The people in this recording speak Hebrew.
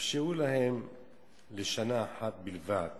אפשרו להם לשנה אחת בלבד.